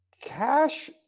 cash